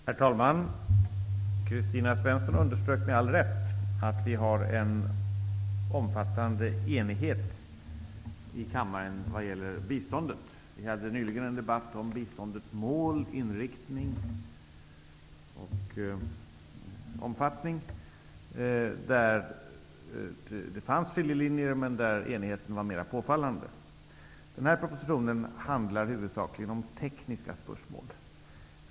Herr talman! Kristina Svensson underströk med all rätt att det råder omfattande enighet i kammaren vad gäller biståndet. Vi hade nyligen en debatt om biståndets mål, inriktning och omfattning, där det fanns skiljelinjer men där enigheten var mera påfallande. Den proposition som dagens debatt gäller handlar huvudsakligen om tekniska spörsmål.